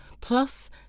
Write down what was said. plus